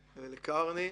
ולקרני,